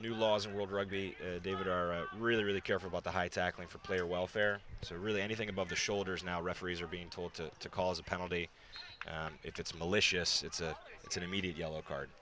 new laws world rugby david are really really careful about the high tackling for player welfare or really anything above the shoulders now referees are being told to cause a penalty and if it's malicious it's a it's an immediate yellow card